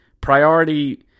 Priority